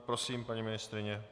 Prosím, paní ministryně.